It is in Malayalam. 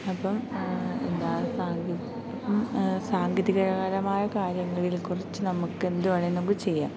അപ്പം എന്താ സാങ്കേ സാങ്കേതികകരമായ കാര്യങ്ങളില് കുറിച്ച് നമുക്കെന്ത് വേണേല് നമുക്ക് ചെയ്യാം